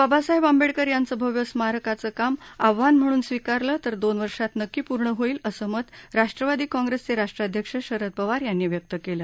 बाबासाहेब आंबिकर यांच्या भव्य स्मारकाचं काम आव्हान म्हणून स्वीकारलं तर दोन वर्षात नक्की पूर्ण होईल असं मत राष्ट्रवादी कॉंग्रेसचे राष्ट्राध्यक्ष शरद पवार यांनी व्यक्त केलं